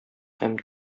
һәм